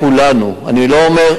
רובו של עם ישראל שחי פה,